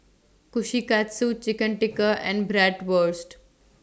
Kushikatsu Chicken Tikka and Bratwurst